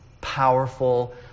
powerful